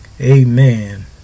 Amen